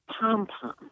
pom-pom